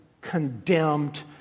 condemned